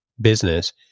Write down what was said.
business